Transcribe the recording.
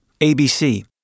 ABC